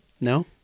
No